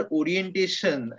orientation